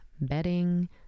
bedding